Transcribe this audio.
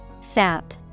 Sap